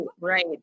right